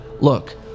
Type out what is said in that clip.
Look